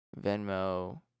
Venmo